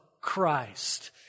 Christ